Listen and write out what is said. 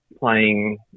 playing